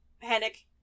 Panic